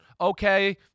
okay